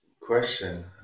question